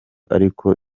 ariko